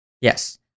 Yes